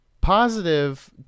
positive